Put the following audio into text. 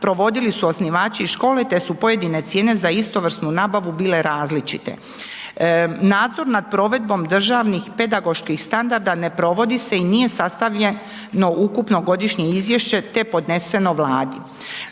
provodili su osnivači škole te su pojedine cijene, za istovrsnu nabave bile različite. Nadzor nad provedbom državnih pedagoških standarda ne provide se i nije sastavljeno ukupno godišnje izvješće te podneseno vladi.